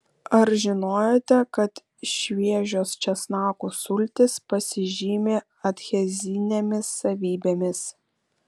ar žinojote kad šviežios česnakų sultys pasižymi adhezinėmis savybėmis